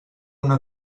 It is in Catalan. una